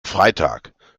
freitag